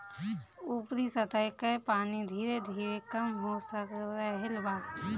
ऊपरी सतह कअ पानी धीरे धीरे कम हो रहल बा